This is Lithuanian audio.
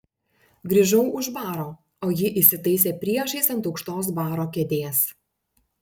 grįžau už baro o ji įsitaisė priešais ant aukštos baro kėdės